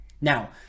Now